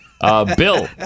Bill